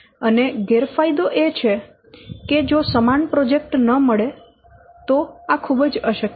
અને ગેરફાયદો એ છે કે જો સમાન પ્રોજેક્ટ ન મળે તો આ ખૂબ જ અશક્ય છે